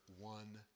one